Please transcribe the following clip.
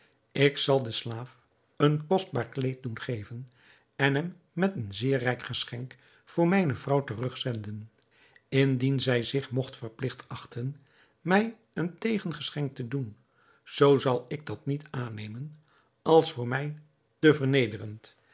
ik zal den slaaf een kostbaar kleed doen geven en hem met een zeer rijk geschenk voor mijne vrouw terugzenden indien zij zich mogt verpligt achten mij een tegengeschenk te doen zoo zal ik dat niet aannemen als voor mij te vernederend